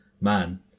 man